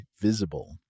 Visible